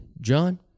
john